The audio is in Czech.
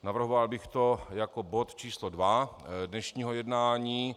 Navrhoval bych to jako bod číslo 2 dnešního jednání.